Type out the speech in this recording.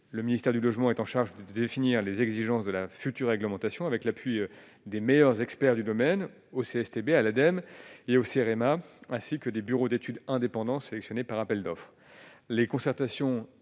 le ministère du Logement est en charge de définir les exigences de la future réglementation avec l'appui des meilleurs experts du domaine au CSTB à l'Ademe, il y a aussi RMA ainsi que des bureaux d'études indépendant sélectionnés par appel d'offres,